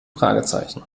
fragezeichen